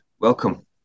welcome